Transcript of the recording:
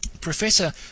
Professor